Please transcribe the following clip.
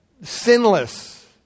sinless